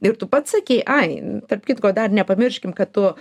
ir tu pats sakei ai tarp kitko dar nepamirškim kad tu